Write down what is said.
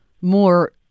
more